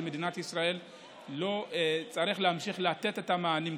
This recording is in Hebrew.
מדינת ישראל צריכים להמשיך לתת את המענים.